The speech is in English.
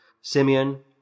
simeon